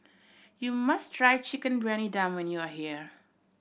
you must try Chicken Briyani Dum when you are here